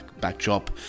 backdrop